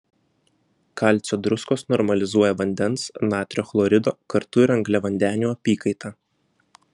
kalcio druskos normalizuoja vandens natrio chlorido kartu ir angliavandenių apykaitą